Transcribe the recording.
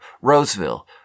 Roseville